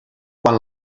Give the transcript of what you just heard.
quan